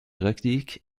reliques